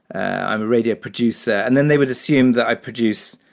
i'm a radio producer. and then they would assume that i produce,